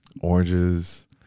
Oranges